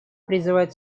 призывает